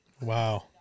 Wow